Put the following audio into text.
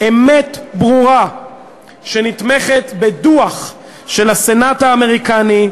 אמת ברורה שנתמכת בדוח של הסנאט האמריקני,